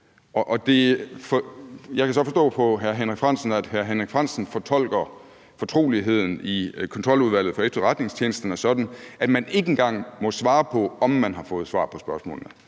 hr. Henrik Frandsen, at hr. Henrik Frandsen fortolker fortroligheden i Kontroludvalget sådan, at man ikke engang må svare på, om man har fået svar på spørgsmålene.